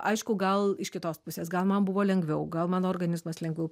aišku gal iš kitos pusės gal man buvo lengviau gal mano organizmas lengviau